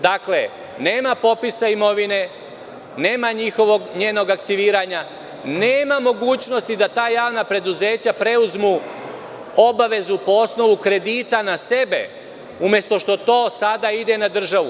Dakle, nema popisa imovine, nema njenog, nema mogućnosti da ta javna preduzeća preuzmu obavezu po osnovu kredita na sebe umesto što to sada ide na državu.